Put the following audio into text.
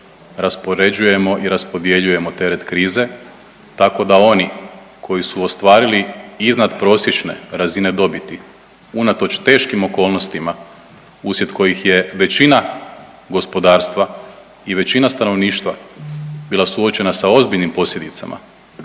raspoređujemo i raspodjeljujemo teret krize tako da oni koji su ostvarili iznad prosječne razine dobiti unatoč teškim okolnostima uslijed kojih je većina gospodarstva i većina stanovništva bila suočena sa ozbiljnim posljedicama